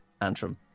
Antrim